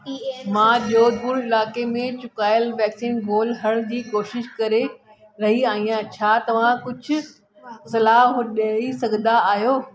E A N C मां जोधपुर इलाइक़े में चुकायल वैक्सीन ॻोल्हण जी कोशिश करे रही आहियां छा तव्हां कुझु सलाह ॾेई सघंदा आहियो